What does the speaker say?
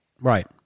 Right